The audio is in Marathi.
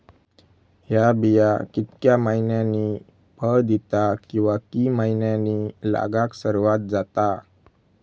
हया बिया कितक्या मैन्यानी फळ दिता कीवा की मैन्यानी लागाक सर्वात जाता?